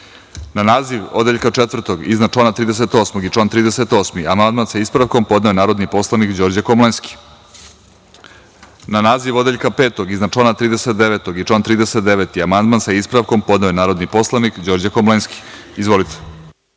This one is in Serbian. naziv Odeljka IV iznad člana 38. i član 38. amandman sa ispravkom podneo je narodni poslanik Đorđe Komlenski. Na naziv Odeljka V iznad člana 39. i član 39. amandman sa ispravkom podneo je narodni poslanik Đorđe Komlenski. Izvolite.